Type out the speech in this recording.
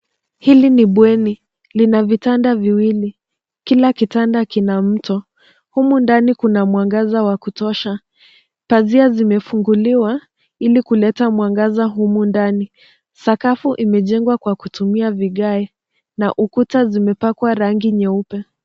Hili ni bweni. Lina vitanda viwili. Kila kitanda kina mto. Humu ndani kuna mwangaza wa kutosha. Pazia zimefunguliwa ili kuleta mwangaza humu ndani. Sakafu imejengwa kwa kutumia vigae na ukuta zimepakwa rangi nyeupe.